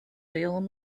salem